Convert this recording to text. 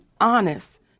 honest